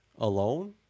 alone